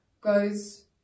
goes